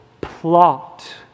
plot